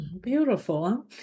Beautiful